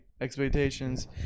expectations